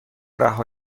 رها